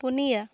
ᱯᱩᱱᱭᱟ